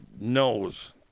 knows